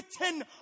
written